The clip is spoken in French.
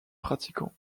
pratiquants